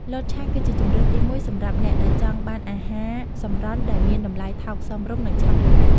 លតឆាគឺជាជម្រើសទីមួយសម្រាប់អ្នកដែលចង់បានអាហារសម្រន់ដែលមានតម្លៃថោកសមរម្យនិងឆាប់រហ័ស។